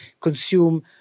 consume